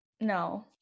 No